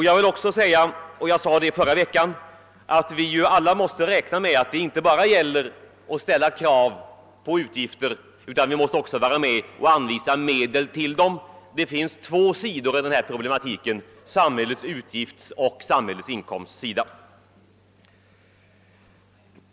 Jag sade i förra veckan att vi alla måste räkna med att det inte bara gäller att ställa krav på utgifter — vi måste också anvisa medel till dem. Det finns två sidor i denna problematik: samhällets utgiftssida och samhällets inkomstsida.